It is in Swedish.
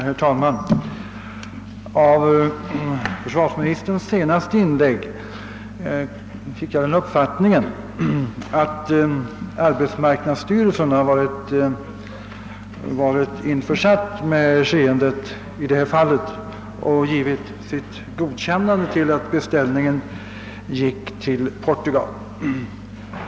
Herr talman! Av försvarsministerns senaste inlägg fick jag den uppfattningen att arbetsmarknadsstyrelsen har varit införstådd med de åtgärder som vidtagits och godkänt att beställningen gick till Portugal.